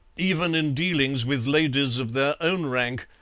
even in dealings with ladies of their own rank,